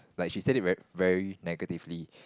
like she said it very very negatively